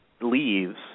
leaves